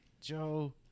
Joe